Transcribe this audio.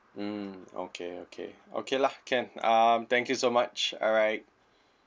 mm okay okay okay lah can um thank you so much alright